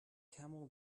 camel